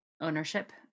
ownership